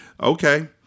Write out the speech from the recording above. okay